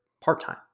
part-time